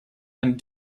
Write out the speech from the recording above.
and